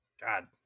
God